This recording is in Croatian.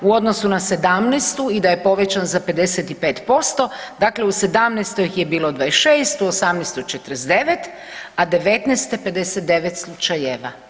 KZ-a u odnosu na '17. i da je povećan za 55%, dakle u '17. ih je bilo 26, u '18. 49, a '19. 59 slučajeva.